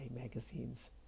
magazines